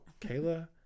Kayla